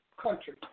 country